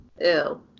Ew